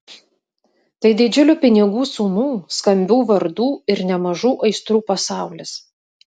tai didžiulių pinigų sumų skambių vardų ir nemažų aistrų pasaulis